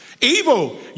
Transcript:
Evil